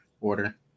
Order